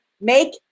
make